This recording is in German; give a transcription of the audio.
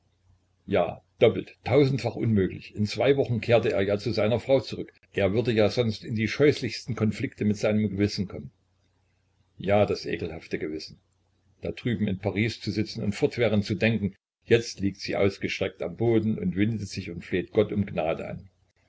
ja doppelt tausendfach unmöglich in zwei wochen kehrte er ja zu seiner frau zurück er würde sonst ja in die scheußlichsten konflikte mit seinem gewissen kommen ja das ekelhafte gewissen da drüben in paris zu sitzen und fortwährend zu denken jetzt liegt sie ausgestreckt am boden und windet sich und fleht gott um gnade an